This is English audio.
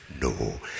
no